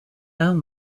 own